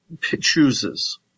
chooses